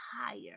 higher